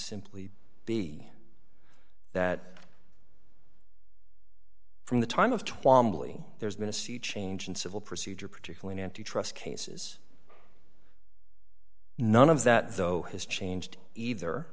simply be that from the time of twamley there's been a sea change in civil procedure particularly antitrust cases none of that though has changed either